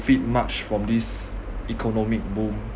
benefit much from this economic boom